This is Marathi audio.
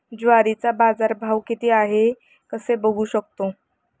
ज्वारीचा बाजारभाव किती आहे कसे बघू शकतो?